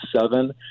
seven